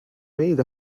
made